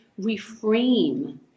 reframe